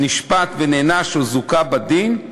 נשפט ונענש או זוכה בדין,